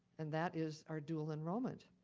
and that is our dual enrollment.